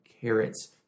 carrots